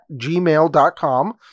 gmail.com